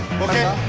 will be